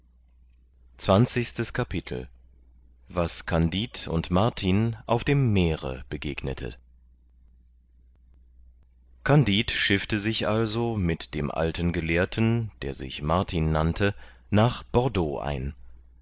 zwanzigstes kapitel was kandid und martin auf dem meere begegnete kandid schiffte sich also mit dem alten gelehrten der sich martin nannte nach bordeaux ein